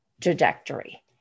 trajectory